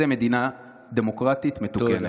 זו מדינה דמוקרטית מתוקנת.